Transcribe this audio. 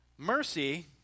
Mercy